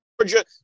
Georgia